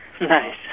Nice